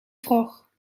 trog